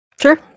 Sure